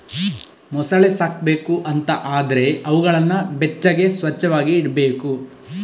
ಮೊಸಳೆ ಸಾಕ್ಬೇಕು ಅಂತ ಆದ್ರೆ ಅವುಗಳನ್ನ ಬೆಚ್ಚಗೆ, ಸ್ವಚ್ಚವಾಗಿ ಇಡ್ಬೇಕು